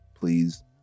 please